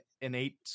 innate